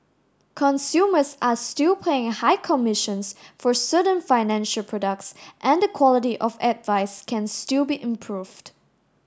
consumers are still paying high commissions for certain financial products and the quality of advice can still be improved